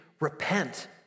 repent